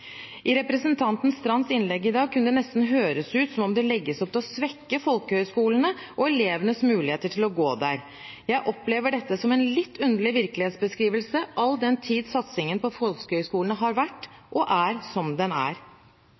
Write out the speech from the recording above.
I representanten Marit Knutsdatter Strands innlegg i dag kunne det nesten høres ut som om det legges opp til å svekke folkehøyskolene og elevenes muligheter til å gå der. Jeg opplever dette som en litt underlig virkelighetsbeskrivelse, all den tid satsingen på folkehøyskolene har vært og er som den er.